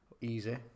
Easy